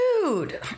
Dude